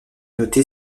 noté